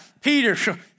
Peter